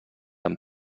amb